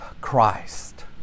Christ